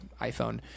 iPhone